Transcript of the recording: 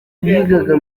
bigaga